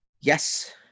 Yes